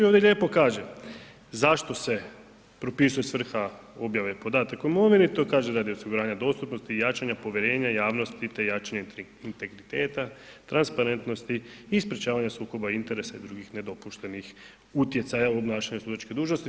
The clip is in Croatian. Ovdje lijepo kaže, zašto se propisuje svrha objave podataka o imovini, to kaže radi osiguranja dostupnosti, jačanja povjerenja javnosti te jačanje integriteta, transparentnosti i sprječavanja sukoba interesa i drugih nedopuštenih utjecaja u obnašanju sudačke dužnosti.